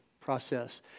process